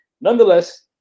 Nonetheless